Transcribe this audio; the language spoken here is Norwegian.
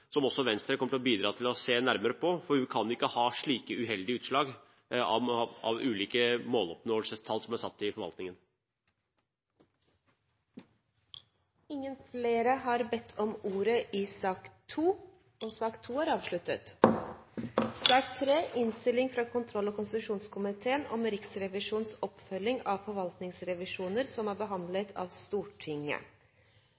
som også Venstre kommer til å bidra til å se nærmere på, for vi kan ikke ha slike uheldige utslag av ulike måloppnåelsestall som blir satt, i forvaltningen. Flere har ikke bedt om ordet til sak nr. 2. Nå skal Stortinget behandle Dokument 3:1, som omtaler oppfølginga av tolv forvaltningsrevisjoner, og Riksrevisjonen har avsluttet ni av disse sakene. Det er